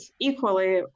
equally